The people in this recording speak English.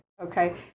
Okay